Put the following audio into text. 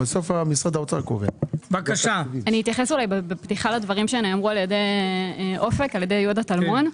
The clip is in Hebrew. אני אתייחס בתחילה לדברים שנאמרו על ידי יהודה טלמון מאופק.